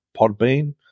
Podbean